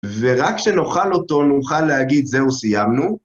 ורק כשנאכל אותו, נוכל להגיד, זהו, סיימנו.